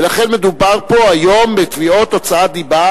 ולכן מדובר פה היום בתביעות הוצאת דיבה